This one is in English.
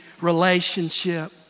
relationship